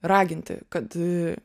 raginti kad